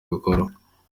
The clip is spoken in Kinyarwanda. bikorwa